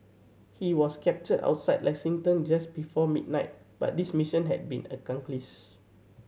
he was captured outside Lexington just before midnight but this mission had been accomplished